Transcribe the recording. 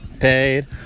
paid